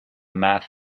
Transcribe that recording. math